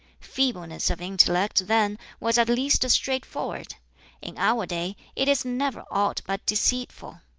feebleness of intellect then was at least straightforward in our day it is never aught but deceitful.